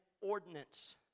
ordinance